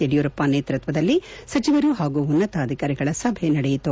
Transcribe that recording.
ಯಡಿಯೂರಪ್ಪ ನೇತೃತ್ವದಲ್ಲಿ ಸಚವರು ಹಾಗೂ ಉನ್ನತಾಧಿಕಾರಿಗಳ ಸಭೆ ನಡೆಯುತು